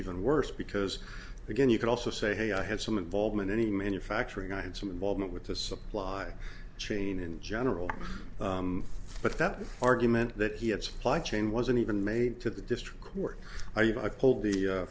even worse because again you can also say hey i have some involvement any manufacturing i had some involvement with the supply chain in general but that argument that he had supply chain wasn't even made to the district court i